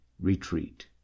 retreat